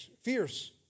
fierce